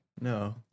No